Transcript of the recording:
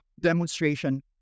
demonstration